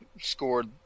scored